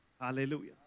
Hallelujah